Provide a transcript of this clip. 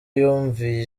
yumviye